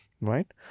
right